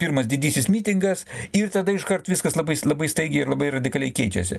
pirmas didysis mitingas ir tada iškart viskas labai labai staigiai ir labai radikaliai keičiasi